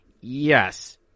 yes